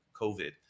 COVID